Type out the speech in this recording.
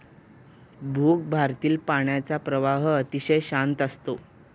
भूगर्भातील पाण्याचा प्रवाह अतिशय शांत असतो